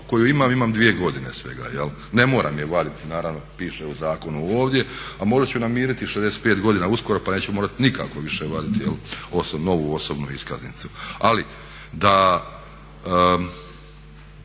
koju imam, imam dvije godine svega. Ne moram je vaditi naravno, piše u zakonu ovdje, a možda ću namiriti 65 godina uskoro pa neću morat nikako više vaditi ovu osobnu iskaznicu. Ali da